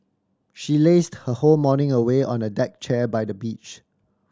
she lazed her whole morning away on a deck chair by the beach